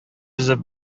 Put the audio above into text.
өзеп